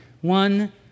One